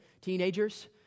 Teenagers